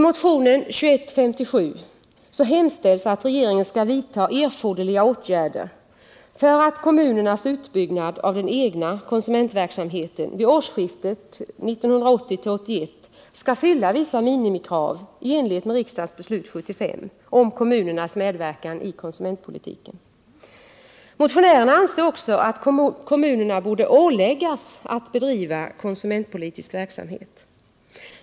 I motionen 2157 hemställs att regeringen skall vidta erforderliga åtgärder för att kommunernas utbyggnad av den egna konsumentverksamheten vid årsskiftet 1980-1981 skall fylla vissa minimikrav i enlighet med riksdagens beslut 1975 om kommunernas medverkan i konsumentpolitiken. Motionärerna anser också att kommunerna borde åläggas att bedriva konsumentpolitisk verksamhet.